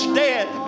dead